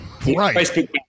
Right